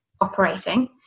operating